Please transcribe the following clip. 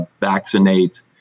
vaccinate